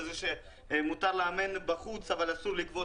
ועל זה שמותר לאמן בחוץ אבל אסור לגבות